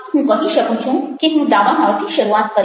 આથી હું કહી શકું કે હું દાવાનળથી શરૂઆત કરીશ